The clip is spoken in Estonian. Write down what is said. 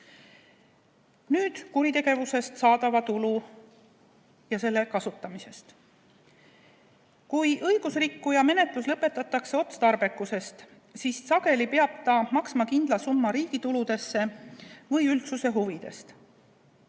kuritegevusest saadavast tulust ja selle kasutamisest. Kui õigusrikkuja menetlus lõpetatakse otstarbekuse [kaalutlusel], siis sageli peab ta maksma kindla summa riigituludesse või üldsuse huvides.